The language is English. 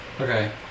Okay